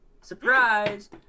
Surprise